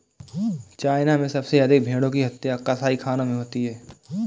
China में सबसे अधिक भेंड़ों की हत्या कसाईखानों में होती है